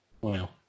wow